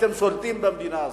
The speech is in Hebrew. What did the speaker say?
אתם שולטים במדינה הזאת.